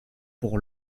pour